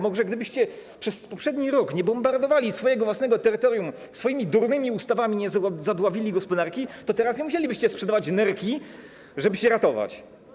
Może gdybyście przez poprzedni rok nie bombardowali własnego terytorium, swoimi durnymi ustawami nie zadławili gospodarki, to teraz nie musielibyście sprzedawać nerki, żeby się ratować.